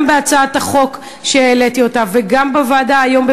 גם בהצעת החוק שהעליתי וגם בוועדה היום,